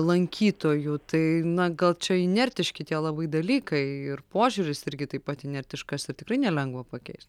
lankytojų tai na gal čia inertiški tie labai dalykai ir požiūris irgi taip pat inertiškas ir tikrai nelengva pakeist